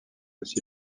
aussi